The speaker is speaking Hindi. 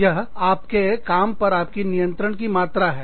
यह आपके काम पर आपकी नियंत्रण की मात्रा है